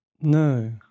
No